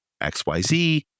XYZ